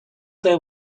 their